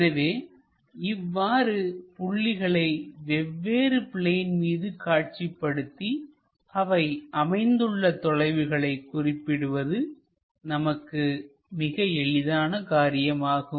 எனவே இவ்வாறு புள்ளிகளை வெவ்வேறு பிளேன் மீது காட்சிப்படுத்தி அவை அமைந்துள்ள தொலைவுகளை குறிப்பிடுவது நமக்கு மிக எளிதான காரியம் ஆகும்